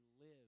live